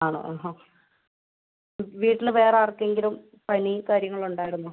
ആണോ വീട്ടില് വേറാർക്കെങ്കിലും പനി കാര്യങ്ങൾ ഉണ്ടായിരുന്നോ